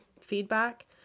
feedback